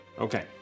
Okay